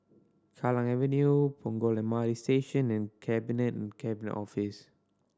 Kallang Avenue Punggol M R T Station and Cabinet Cabinet Office